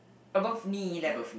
above knee le~